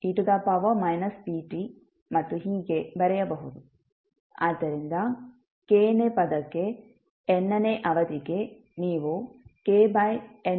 ಆದ್ದರಿಂದ k ನೇ ಪದಕ್ಕೆ n ನೇ ಅವಧಿಗೆ ನೀವುkn 1